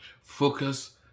Focus